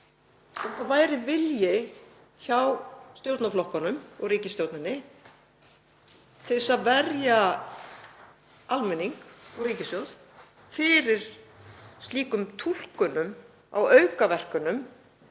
og vilji væri hjá stjórnarflokkunum og ríkisstjórninni til að verja almenning og ríkissjóð fyrir slíkum túlkunum á slæmum aukaverkunum